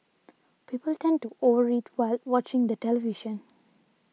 people tend to over eat while watching the television